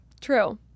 True